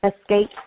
escape